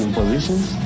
positions